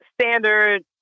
standard